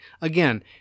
Again